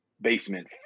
basement